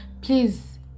please